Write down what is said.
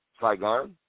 Saigon